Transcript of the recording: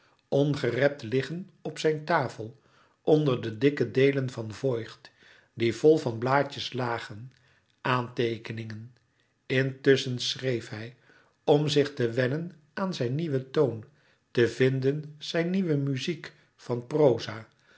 ongerept liggen op zijn tafel onder de dikke deelen van voigt die vol van blaadjes lagen aanteekeningen intusschen schreef hij om zich te wennen aan zijn nieuwen toon te vinden zijn nieuwe muziek van proza